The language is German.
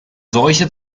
seuche